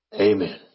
Amen